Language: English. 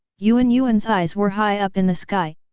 yuan yuan's eyes were high up in the sky,